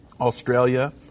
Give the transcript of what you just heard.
Australia